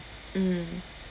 mm